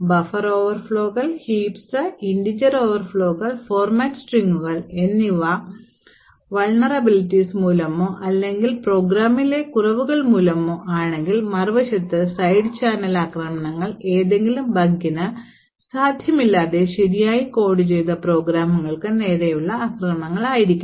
buffer ഓവർഫ്ലോകൾ heaps integer ഓവർഫ്ലോകൾ format സ്ട്രിംഗുകൾ എന്നിവ Vulnerabilities മൂലമോ അല്ലെങ്കിൽ പ്രോഗ്രാമിംഗിലെ കുറവുകൾ മൂലമോ ആണെങ്കിൽ മറുവശത്ത് സൈഡ് ചാനൽ ആക്രമണങ്ങൾ ഏതെങ്കിലും ബഗിന് സാന്നിധ്യമില്ലാതെ ശരിയായി കോഡ് ചെയ്ത പ്രോഗ്രാമുകൾക്ക് നേരെയുള്ള ആക്രമണങ്ങളായിരിക്കാം